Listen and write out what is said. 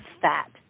fat